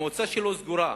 המועצה שלו סגורה.